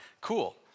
Cool